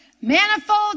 Manifold